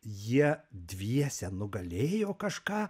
jie dviese nugalėjo kažką